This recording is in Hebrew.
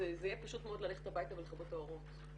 זה יהיה פשוט מאוד ללכת הבייתה ולכבות את האורות,